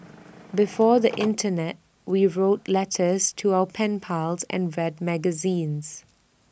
before the Internet we wrote letters to our pen pals and read magazines